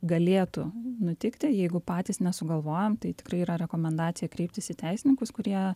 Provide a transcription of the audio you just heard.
galėtų nutikti jeigu patys nesugalvojam tai tikrai yra rekomendacija kreiptis į teisininkus kurie